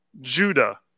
Judah